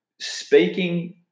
Speaking